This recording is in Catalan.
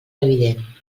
evident